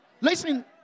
listen